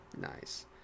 Nice